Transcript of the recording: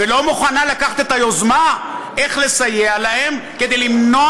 ולא מוכנה לקחת את היוזמה איך לסייע להם כדי למנוע